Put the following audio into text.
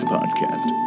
Podcast